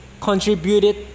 contributed